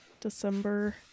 december